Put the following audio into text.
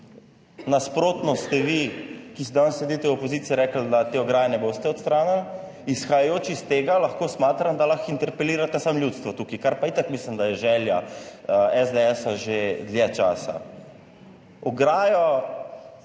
Nasprotno ste vi, ki danes sedite v opoziciji rekli, da te ograje ne boste odstranili. Izhajajoč iz tega lahko smatram, da lahko interpelirate samo ljudstvo tukaj, kar pa itak mislim, da je želja SDS že dlje časa. Ograjo,